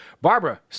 Barbara